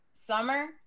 Summer